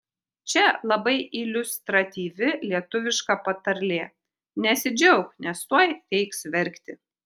čia labai iliustratyvi lietuviška patarlė nesidžiauk nes tuoj reiks verkti